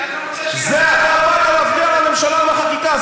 כי אתה רוצה, אתה באת להפריע לממשלה בחקיקה.